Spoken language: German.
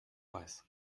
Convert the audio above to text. weiß